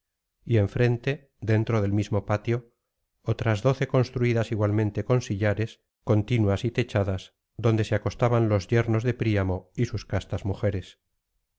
y enfrente dentro del mismo patio otfas doce construidas igualmente con sillares continuas y techadas donde se acostaban los yernos de príamo y sus castas mujeres